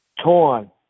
torn